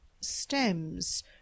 stems